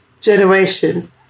generation